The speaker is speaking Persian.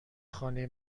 خانه